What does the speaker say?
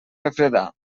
refredar